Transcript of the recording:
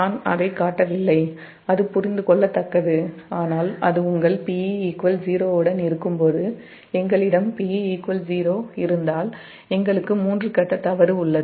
நான் அதைக் காட்டவில்லை அது புரிந்து கொள்ளத்தக்கது ஆனால் அது உங்கள் 𝑷𝒆 0 உடன் இருக்கும் போது எங்களிடம் 𝑷𝒆 0 இருந்தால் எங்களுக்கு மூன்று கட்ட தவறு உள்ளது